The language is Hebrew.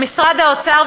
למשרד האוצר,